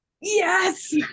yes